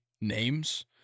names